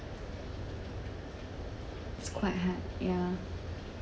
it's quite hard ya